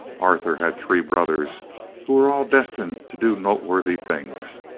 arthur had three brothers who were all destined to do noteworthy things.